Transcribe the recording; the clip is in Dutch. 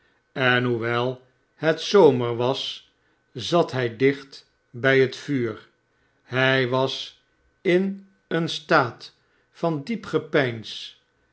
en hoewel het zomer was zat hij dicht bij het vuur hij was in een staat van diep gepeins